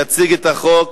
יציג את החוק